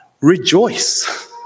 rejoice